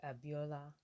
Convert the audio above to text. Abiola